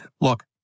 look